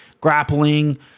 grappling